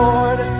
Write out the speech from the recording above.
Lord